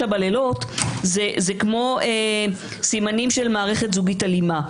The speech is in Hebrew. בלילות זה כמו סימנים של מערכת זוגית אלימה.